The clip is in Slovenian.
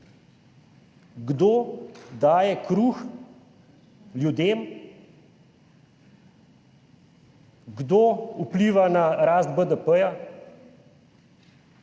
daje kruh ljudem? Kdo vpliva na rast BDP?